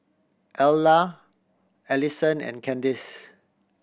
Ayla Allisson and Candice